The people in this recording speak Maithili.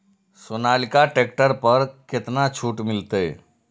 सोनालिका ट्रैक्टर पर केतना छूट मिलते?